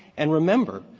and remember,